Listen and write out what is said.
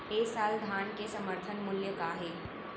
ए साल धान के समर्थन मूल्य का हे?